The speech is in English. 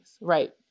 right